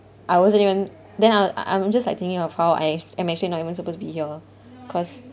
I wasn't even then I'll I'm just like thinking of how I've I mentioned not even supposed be here cause